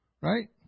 Right